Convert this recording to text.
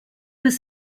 was